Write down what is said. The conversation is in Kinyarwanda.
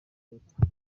y’epfo